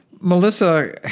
Melissa